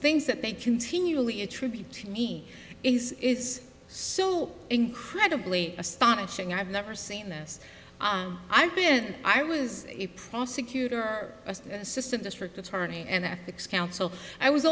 things that they continually attribute to me is is so incredibly astonishing i've never seen this i've been i was a prosecutor assistant district attorney and ethics counsel i was